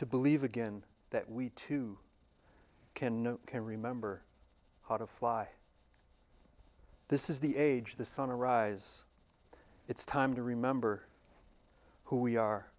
to believe again that we too can no can remember how to fly this is the age the sunrise it's time to remember who we